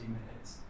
minutes